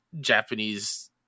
Japanese